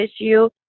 issue